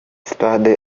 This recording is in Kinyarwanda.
sitade